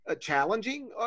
challenging